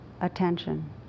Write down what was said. attention